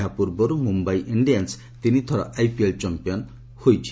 ଏହା ପୂର୍ବରୁ ମୁମ୍ୟାଇ ର ୍ରଣ୍ଣିଆନ୍ୱ ତିନିଥର ଆଇପିଏଲ୍ ଚମ୍ପିଅନ୍ ହୋଇଛି